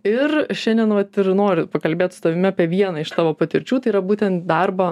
ir šiandien vat ir noriu pakalbėt su tavimi apie vieną iš savo patirčių tai yra būtent darbą